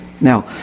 Now